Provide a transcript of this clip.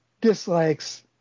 dislikes